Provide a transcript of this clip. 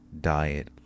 diet